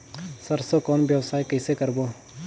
सरसो कौन व्यवसाय कइसे करबो?